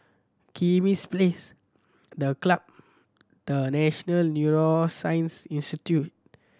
Kismis Place The Club The National Neuroscience Institute